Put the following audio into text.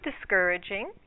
discouraging